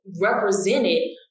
represented